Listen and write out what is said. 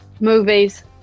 Movies